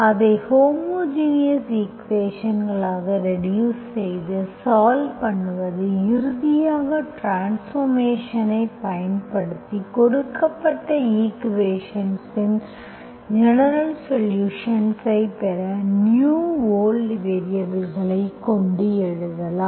அதை homogeneous equations ஆக reduce செய்து சால்வ் பண்ணுவது இறுதியாக ட்ரான்ஸ்பார்மேஷன்ஐ பயன்படுத்தி கொடுக்கப்பட்ட ஈக்குவேஷன்ஸ் இன் ஜெனரல்சொலுஷன்ஸ்ஐ பெற நியூ ஓல்ட் வேரியபல்களைக் கொண்டு எழுதலாம்